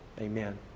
Amen